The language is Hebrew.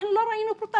אנחנו לא ראינו פרוטה,